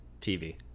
tv